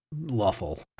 lawful